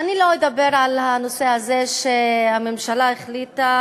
אני לא אדבר על הנושא הזה שהממשלה החליטה